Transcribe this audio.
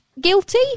guilty